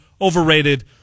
overrated